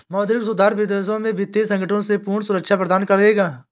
मौद्रिक सुधार विदेशों में वित्तीय संकटों से पूर्ण सुरक्षा प्रदान नहीं करेगा